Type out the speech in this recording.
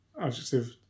Adjective